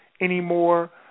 anymore